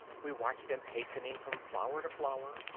we watch them hastening from flower to flower,